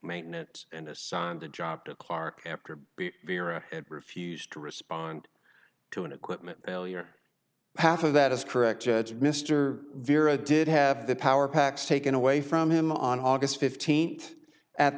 maintenance and assigned the job to clark after it refused to respond to an equipment failure half of that is correct judge mr vierra did have the power packs taken away from him on august fifteenth at